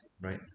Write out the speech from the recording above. right